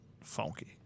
funky